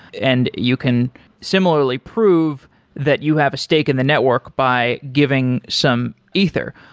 and you can similarly prove that you have a stake in the network by giving some ether.